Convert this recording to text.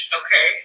okay